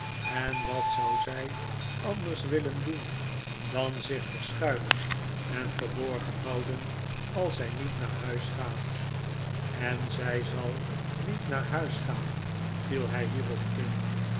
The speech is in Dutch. en wat zou zij anders willen doen dan zich verschuilen en verborgen houden als zij niet naar huis gaat en zij zal nief naar huis gaan viel hij hierop in